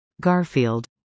Garfield